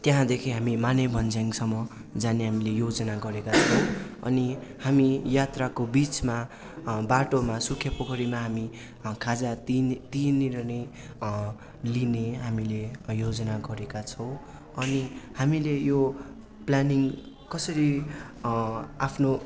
त्यहाँदेखि हामी माने भन्ज्याङसम्म जाने हामीले योजना गरेका छौँ अनि हामी यात्राको बिचमा बाटोमा सुकिया पोखरीमा हामी खाजा त्यहीँ त्यहीँनिर नै लिने हामीले योजना गरेका छौँ अनि हामीले यो प्लानिङ कसरी आफ्नो